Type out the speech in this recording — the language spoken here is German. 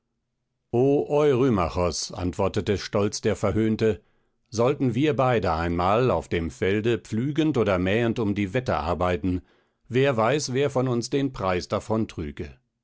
antwortete stolz der verhöhnte sollten wir beide einmal auf dem felde pflügend oder mähend um die wette arbeiten wer weiß wer von uns den preis davon